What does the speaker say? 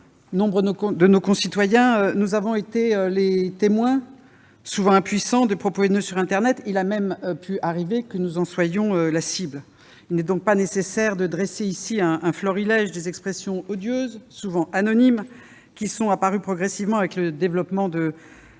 nombre de nos concitoyens, avons été les témoins, souvent impuissants, de propos haineux sur internet. Il a même pu arriver que nous en soyons les cibles. Il n'est donc pas nécessaire de dresser un florilège des expressions odieuses, souvent anonymes, qui sont apparues progressivement avec le développement de